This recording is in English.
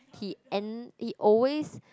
he end he always